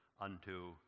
unto